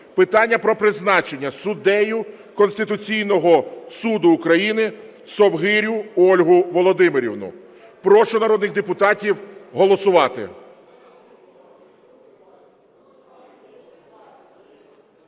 питання про призначення суддею Конституційного Суду України Совгирю Ольгу Володимирівну. Прошу народних депутатів голосувати.